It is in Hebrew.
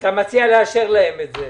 אתה מציע לאשר להם את זה.